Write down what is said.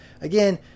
again